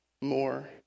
more